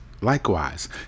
likewise